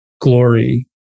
glory